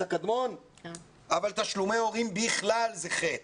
הקדמון אבל תשלומי הורים בכלל זה חטא,